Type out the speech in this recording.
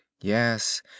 yes